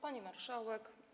Pani Marszałek!